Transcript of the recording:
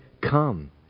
Come